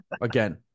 again